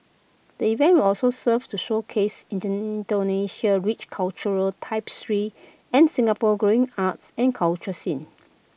the event will also serve to showcase Indonesia's rich cultural tapestry and Singapore's growing arts and culture scene